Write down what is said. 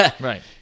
right